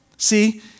See